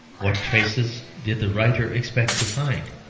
what traces did the writer expect to find?